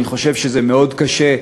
אני חושב שזה מאוד קשה.